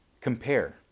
compare